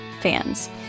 fans